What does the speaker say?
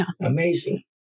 amazing